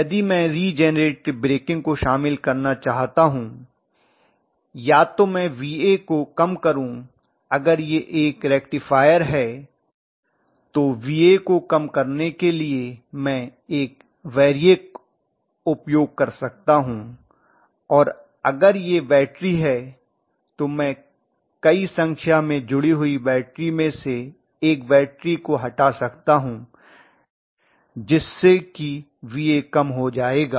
यदि मैं regenerative braking को शामिल करना चाहता हूं या तो मैं Va को कम करूं अगर यह एक रेक्टिफायर है तो Va को कम करने के लिए मैं एक वैरिएक उपयोग कर सकता हूं और अगर यह बैटरी है तो मैं कई संख्या में जुड़ी हुई बैटरी में से एक बैटरी को हटा सकता हूं जिससे कि Va कम हो जाएगा